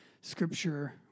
scripture